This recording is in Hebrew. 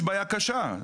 קשה.